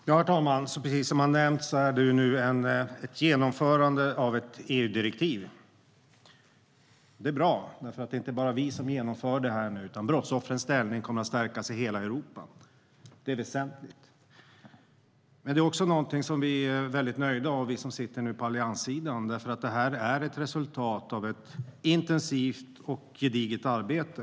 Herr talman! Precis som har nämnts gäller det nu ett genomförande av ett EU-direktiv. Det är bra. Det är inte bara vi som genomför detta nu, utan brottsoffrens ställning kommer att stärkas i hela Europa. Det är väsentligt. Det är också någonting som vi är nöjda med, vi som sitter på allianssidan. Detta är ett resultat av ett intensivt och gediget arbete.